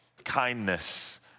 Kindness